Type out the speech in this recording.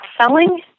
selling